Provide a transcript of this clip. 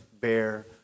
bear